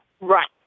right